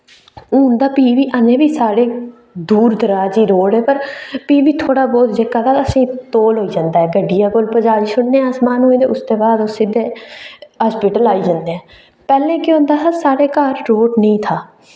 हून तां फ्ही बी अजें बी साढ़े दूर दराज ई रोड़ ऐ पर फ्ही बी थोह्ड़ा बहुत जेह्का तां असें तौल होई जंदा ऐ गड्डियै कोल पजाई छोड़ने अस माह्नूं ई ते उसदे बाद ओह् सिद्दे हास्पिटल आई जंदे पैह्लें केह् होंदा हा साढ़े घर रोड़ निं था